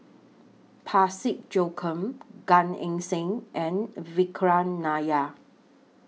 Parsick Joaquim Gan Eng Seng and Vikram Nair